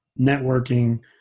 networking